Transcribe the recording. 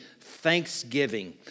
thanksgiving